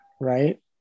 right